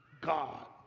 God